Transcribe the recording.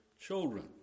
children